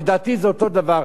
לדעתי זה אותו דבר,